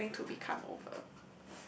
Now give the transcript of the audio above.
by having to be come over